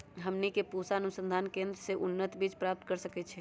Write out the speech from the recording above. हमनी के पूसा अनुसंधान केंद्र से उन्नत बीज प्राप्त कर सकैछे?